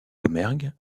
domergue